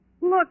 Look